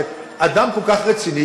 כי אדם כל כך רציני,